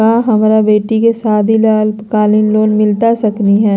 का हमरा बेटी के सादी ला अल्पकालिक लोन मिलता सकली हई?